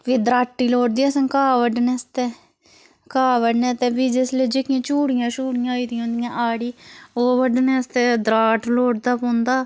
फ्ही दराटी लोड़दी अस घाह् बड्डने आस्तै घाह् बड्डने आस्तै फ्ही जिसलै जेह्कियां चूड़ियां शूड़ियां होई दी हुन्दियां आड़ी ओह् बड्डने आस्तै दराट लोड़दा पौंदा